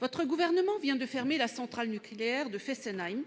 votre gouvernement vient de fermer la centrale nucléaire de Fessenheim,